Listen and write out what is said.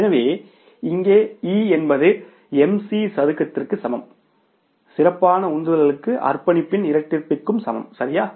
எனவே இங்கே E என்பது MC ஸ்கொயர்க்கு சமம் அதாவது சிறப்பானது உந்துதலுக்கும் அர்ப்பணிப்பின் இரட்டிப்பிற்கும் சமம் சரியா